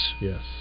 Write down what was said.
yes